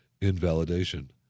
invalidation